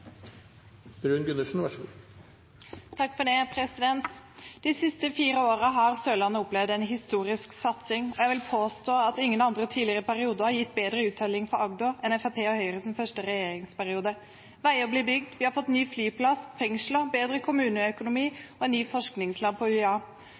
De siste fire årene har Sørlandet opplevd en historisk satsing. Jeg vil påstå at ingen tidligere perioder har gitt bedre uttelling for Agder enn Fremskrittspartiet og Høyres første regjeringsperiode. Veier blir bygd. Vi har fått ny flyplass, nye fengsler, bedre kommuneøkonomi